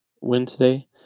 Wednesday